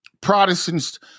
Protestants